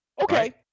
Okay